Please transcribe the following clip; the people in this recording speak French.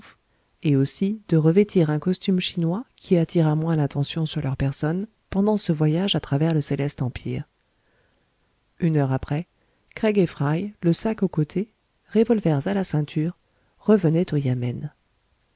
et aussi de revêtir un costume chinois qui attirât moins l'attention sur leur personne pendant ce voyage à travers le céleste empire une heure après craig et fry le sac au côté revolvers à la ceinture revenaient au yamen